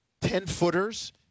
ten-footers